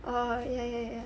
oh ya ya ya